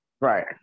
Right